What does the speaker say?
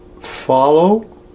follow